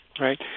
right